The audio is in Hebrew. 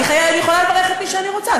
אני יכולה לברך את מי שאני רוצה,